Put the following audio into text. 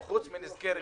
חוץ מנזקי רכוש.